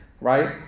right